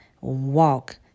walk